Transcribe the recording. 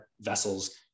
vessels